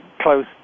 close